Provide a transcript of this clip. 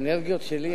האנרגיות שלי,